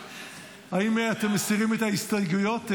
האם אתם מסירים את ההסתייגויות?